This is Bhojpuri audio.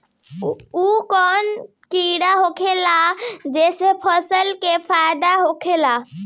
उ कौन कीड़ा होखेला जेसे फसल के फ़ायदा होखे ला?